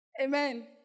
Amen